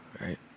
right